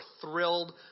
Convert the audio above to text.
thrilled